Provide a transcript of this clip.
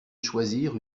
choisir